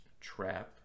trap